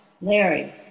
Larry